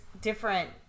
different